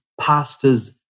Pastor's